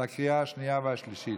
התקבלה בקריאה השנייה והשלישית,